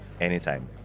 anytime